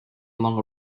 along